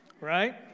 right